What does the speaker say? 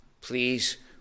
Please